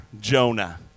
Jonah